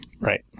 Right